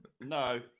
No